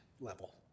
level